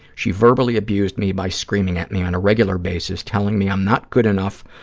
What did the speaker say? she verbally abused me by screaming at me on a regular basis, telling me i'm not good enough,